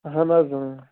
اہن حظ اۭں